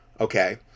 okay